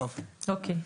אוקיי.